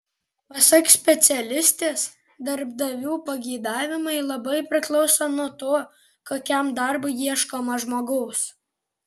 pasak specialistės darbdavių pageidavimai labai priklauso nuo to kokiam darbui ieškoma žmogaus